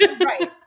right